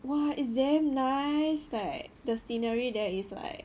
!wah! it's damn nice like the scenery there is like